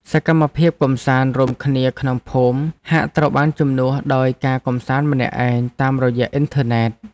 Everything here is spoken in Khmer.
សកម្មភាពកម្សាន្តរួមគ្នាក្នុងភូមិហាក់ត្រូវបានជំនួសដោយការកម្សាន្តម្នាក់ឯងតាមរយៈអ៊ិនធឺណិត។